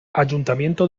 ayuntamiento